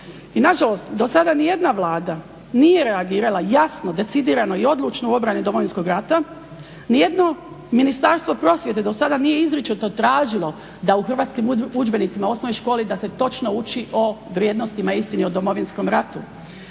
I nažalost, do sada nijedna vlada nije reagirala jasno, decidirano i odlučno u obrani Domovinskog rata, nijedno ministarstvo prosvjete do sada nije izričito tražilo da u hrvatskim udžbenicima u osnovnoj školi da se točno uči o vrijednostima istine o Domovinskom ratu.